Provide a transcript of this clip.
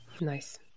nice